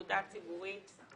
תעודה ציבורית,